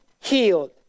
healed